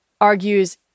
argues